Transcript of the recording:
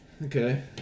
Okay